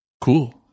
cool